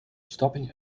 stopping